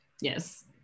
yes